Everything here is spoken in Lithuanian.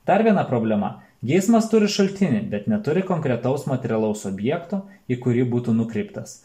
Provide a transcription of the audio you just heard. dar viena problema geismas turi šaltinį bet neturi konkretaus materialaus objekto į kurį būtų nukreiptas